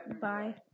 bye